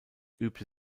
übte